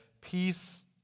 Peace